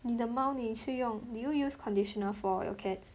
你的猫你是用 did you use conditioner for your cats